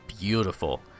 beautiful